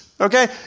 okay